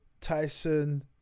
Tyson